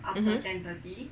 mmhmm